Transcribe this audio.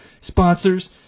Sponsors